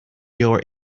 your